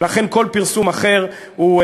ולכן כל פרסום אחר הוא,